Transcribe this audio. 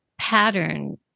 Pattern